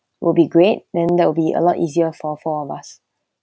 will be great then that will be a lot easier for four of us